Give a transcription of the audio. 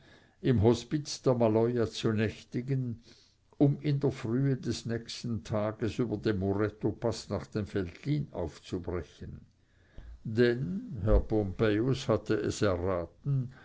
im hospiz der maloja zu nächtigen um in der frühe des nächsten tages über den murettopaß nach dem veltlin aufzubrechen denn herr pompejus hatte es erraten